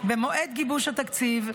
במועד גיבוש התקציב,